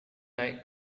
naik